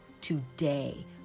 today